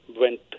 went